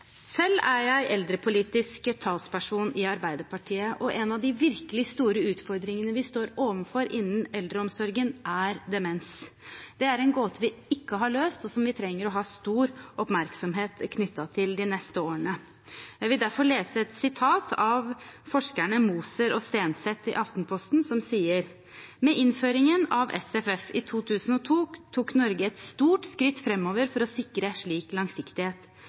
Selv er jeg eldrepolitisk talsperson i Arbeiderpartiet. En av de virkelig store utfordringene vi står overfor innen eldreomsorgen, er demens. Det er en gåte vi ikke har løst, og som vi trenger å knytte stor oppmerksomhet til de neste årene. Jeg vil derfor lese et sitat av forskerne Moser og Stenseth i Aftenposten: «Med innføringen av Senter for fremragende forskning i 2002 tok Norge et stort skritt fremover for å sikre slik langsiktighet.